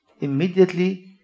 Immediately